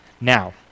now